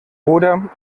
oder